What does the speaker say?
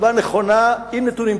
תשובה נכונה עם נתונים.